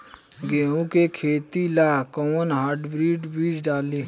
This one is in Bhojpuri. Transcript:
गेहूं के खेती ला कोवन हाइब्रिड बीज डाली?